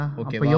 okay